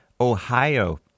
Ohio